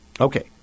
Okay